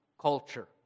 culture